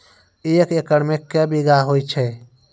एक एकरऽ मे के बीघा हेतु छै?